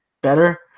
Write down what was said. better